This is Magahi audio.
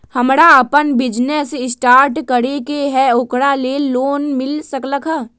हमरा अपन बिजनेस स्टार्ट करे के है ओकरा लेल लोन मिल सकलक ह?